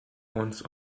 uns